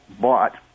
bought